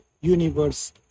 universe